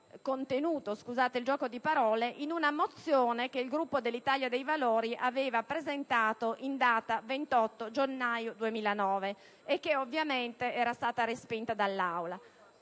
contenuto era già presente in una mozione che il Gruppo dell'Italia dei Valori aveva presentato in data 28 gennaio 2009 e che, ovviamente, era stata respinta dall'Aula.